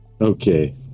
Okay